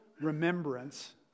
remembrance